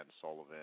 Sullivan